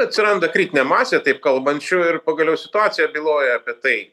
atsiranda kritinė masė taip kalbančių ir pagaliau situacija byloja apie tai